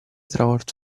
travolto